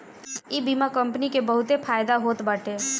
इ बीमा कंपनी के बहुते फायदा होत बाटे